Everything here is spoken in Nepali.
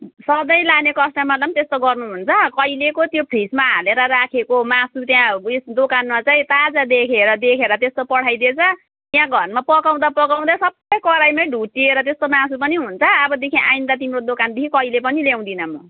सधैँ लाने कस्टमरलाई पनि त्यस्तो गर्नुहुन्छ कहिलेको त्यो फ्रिजमा हालेर राखेको मासु त्यहाँ उयस दोकानमा चाहिँ ताजा देखेर देखेर त्यस्तो पठाइदिएछ यहाँ घरमा पकाउँदा पकाउँदा सबै कराहीमै ढुटिएर त्यस्तो मासु पनि हुन्छ अबदेखि आइन्दा तिम्रो दोकानदेखि कहिले पनि ल्याउँदिन म